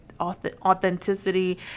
authenticity